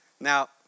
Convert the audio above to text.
Now